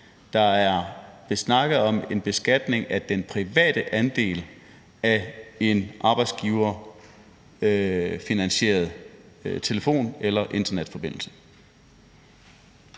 Der er blevet snakket om en beskatning af den private andel af en arbejdsgiverfinansieret telefon eller internetforbindelse.